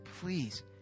please